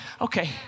okay